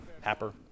Happer